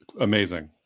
Amazing